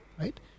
right